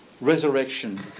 resurrection